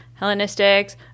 Hellenistics